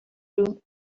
room